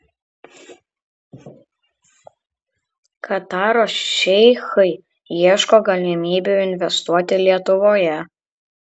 kataro šeichai ieško galimybių investuoti lietuvoje